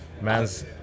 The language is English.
Man's